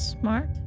Smart